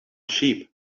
sheep